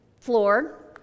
floor